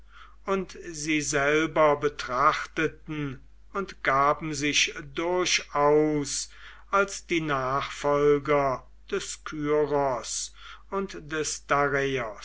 und sie selber betrachteten und gaben sich durchaus als die nachfolger des kyros und des